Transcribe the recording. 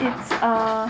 it's uh